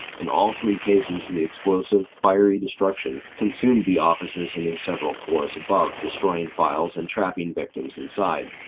in all three cases, the explosive, fiery destruction consumed the offices in the several floors above, destroying files and trapping victims inside.